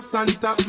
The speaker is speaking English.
Santa